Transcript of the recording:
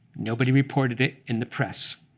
nobody reported it in the press.